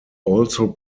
also